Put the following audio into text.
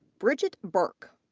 bridgette burke,